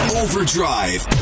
overdrive